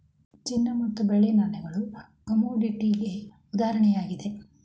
ಚಿನ್ನ ಮತ್ತು ಬೆಳ್ಳಿ ನಾಣ್ಯಗಳು ಕಮೋಡಿಟಿಗೆ ಉದಾಹರಣೆಯಾಗಿದೆ